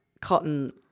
cotton